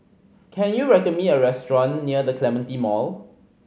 can you recommend me a restaurant near The Clementi Mall